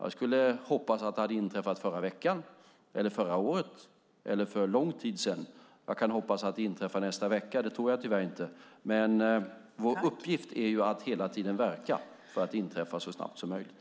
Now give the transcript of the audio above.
Jag skulle ha hoppats att det inträffat förra veckan, förra året eller för lång tid sedan. Jag kan hoppas att det inträffar nästa vecka, men det tror jag tyvärr inte. Vår uppgift är dock att hela tiden verka för att det ska inträffa så snart som möjligt.